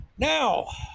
Now